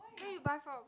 where you buy from